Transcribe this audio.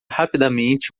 rapidamente